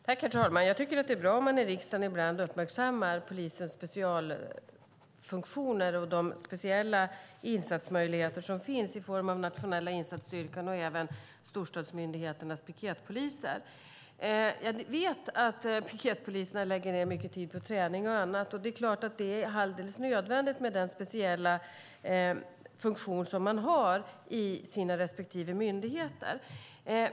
Herr talman! Jag tycker att det är bra om man i riksdagen ibland uppmärksammar polisens specialfunktioner och de speciella insatsmöjligheter som finns i form av den nationella insatsstyrkan och även storstadsmyndigheternas piketpoliser. Jag vet att piketpoliserna lägger ned mycket tid på träning och annat. Det är alldeles nödvändigt med den speciella funktion som de har i sina respektive myndigheter.